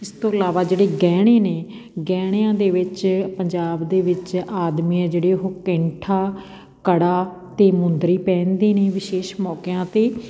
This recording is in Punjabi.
ਇਸ ਤੋਂ ਇਲਾਵਾ ਜਿਹੜੇ ਗਹਿਣੇ ਨੇ ਗਹਿਣਿਆਂ ਦੇ ਵਿੱਚ ਪੰਜਾਬ ਦੇ ਵਿੱਚ ਆਦਮੀ ਹੈ ਜਿਹੜੇ ਉਹ ਕੈਂਠਾਂ ਕੜਾ ਅਤੇ ਮੁੰਦਰੀ ਪਹਿਨਦੇ ਨੇ ਵਿਸ਼ੇਸ਼ ਮੌਕਿਆਂ 'ਤੇ